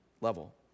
level